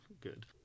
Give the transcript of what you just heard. good